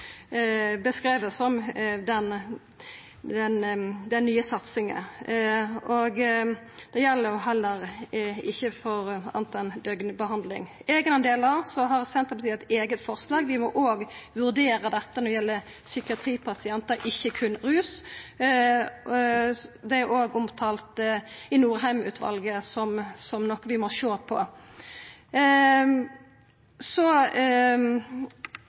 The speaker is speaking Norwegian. som den nye satsinga. Det gjeld heller ikkje for anna enn døgnbehandling. Når det gjeld eigendelar, har Senterpartiet og Arbeidarpartiet eit eige forslag – vi må òg vurdera dette når det gjeld psykiatripasientar, ikkje berre ruspasientar. Det er òg omtalt i Norheim-utvalet si innstilling som noko vi må sjå på. Så